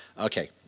Okay